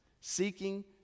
seeking